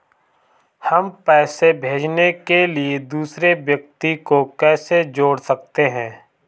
हम पैसे भेजने के लिए दूसरे व्यक्ति को कैसे जोड़ सकते हैं?